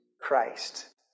Christ